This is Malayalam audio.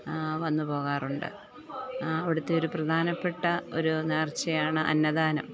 വന്നുപോകാറുണ്ട് അവിടുത്തെ ഒരു പ്രധാനപ്പെട്ട ഒരു നേർച്ചയാണ് അന്നദാനം